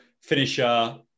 finisher